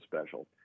special